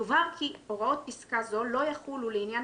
יובהר כי הוראות פסקה זו לא יחולו לעניין